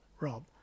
Rob